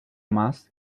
más